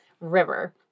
River